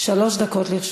שלוש דקות לרשותך.